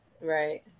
Right